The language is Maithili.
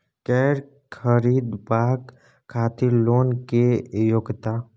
कैर खरीदवाक खातिर लोन के योग्यता?